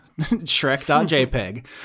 Shrek.jpg